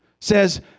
says